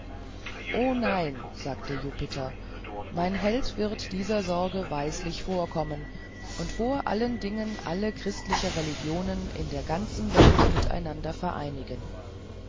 o nein sagte jupiter mein held wird dieser sorge weislich vorkommen und vor allen dingen alle christliche religionen in der ganzen welt miteinander vereinigen